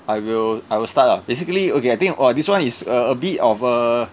I will I will start ah basically okay I think !wah! this one is a a bit of a